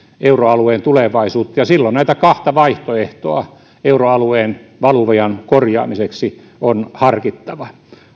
euroalueen tulevaisuutta ja silloin näitä kahta vaihtoehtoa euroalueen valuvian korjaamiseksi on harkittava